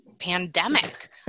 pandemic